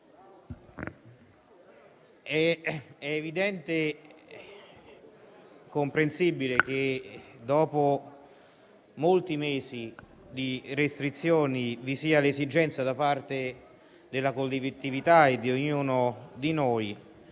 è evidente e comprensibile che, dopo molti mesi di restrizioni, vi sia l'esigenza da parte della collettività e di ognuno di noi